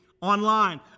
online